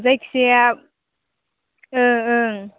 जायखिजाया ओ ओं